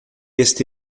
este